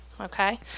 Okay